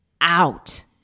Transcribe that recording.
out